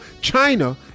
China